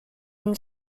and